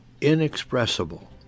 inexpressible